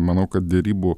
manau kad derybų